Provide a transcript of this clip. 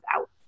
out